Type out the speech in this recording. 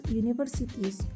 universities